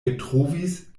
eltrovis